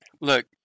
look